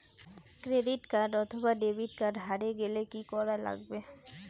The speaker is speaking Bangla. ক্রেডিট কার্ড অথবা ডেবিট কার্ড হারে গেলে কি করা লাগবে?